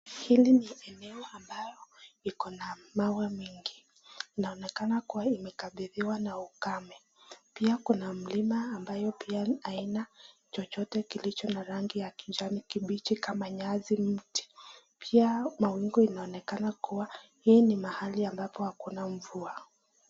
Hili ni eneo ambayo iko na mawe mengi. Inaonekana kuwa imekabidhiwa na ukame. Pia kuna mlima ambayo pia haina chochote kilicho na rangi ya kijani kibichi kama nyasi, mti. Pia mawingu inaonekana kuwa hii ni mahali ambapo hakuna mvua.